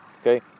okay